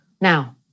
Now